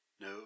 no